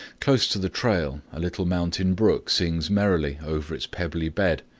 close to the trail a little mountain brook sings merrily over its pebbly bed,